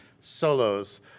solos